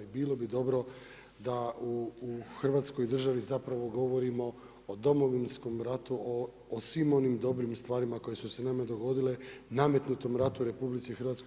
I bilo bi dobro da u Hrvatskoj državi zapravo govorimo o Domovinskom ratu, o svim onim dobrim stvarima koje su se nama dogodile, nametnutom ratu RH,